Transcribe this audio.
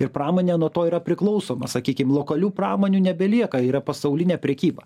ir pramonė nuo to yra priklausoma sakykim lokalių pramonių nebelieka yra pasaulinė prekyba